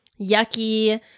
yucky